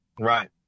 Right